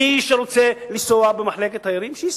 מי שרוצה לנסוע במחלקת תיירים, שייסע.